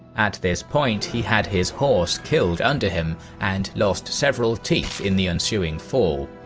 at this point he had his horse killed under him, and lost several teeth in the ensuing fall.